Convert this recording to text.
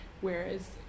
whereas